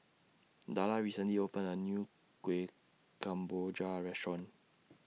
Darla recently opened A New Kueh Kemboja Restaurant